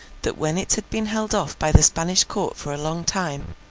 that when it had been held off by the spanish court for a long time,